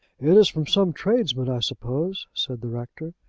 it's from some tradesman, i suppose? said the rector.